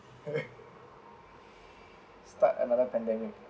start another pandemic